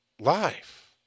life